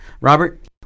Robert